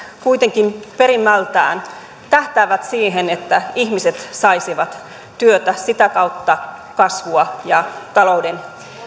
kuitenkin perimmältään tähtäävät siihen että ihmiset saisivat työtä sitä kautta kasvua ja talouden